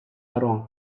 laurent